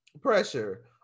pressure